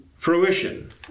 Fruition